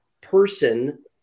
person